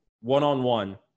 one-on-one